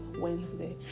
Wednesday